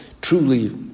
truly